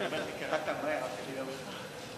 לוועדת הפנים והגנת הסביבה נתקבלה.